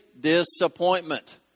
disappointment